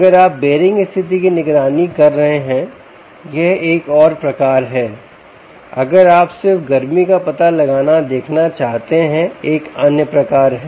अगर आप बेयरिंग स्थिति की निगरानी कर रहे हैं यह एक और प्रकार है अगर आप सिर्फ गर्मी का पता लगाना देखना चाहते हैं एक अन्य प्रकार है